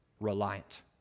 reliant